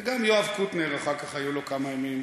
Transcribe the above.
וגם יואב קוטנר, אחר כך היו לו כמה ימים